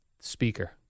speaker